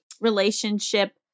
relationship